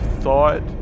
thought